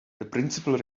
principal